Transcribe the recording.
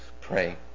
pray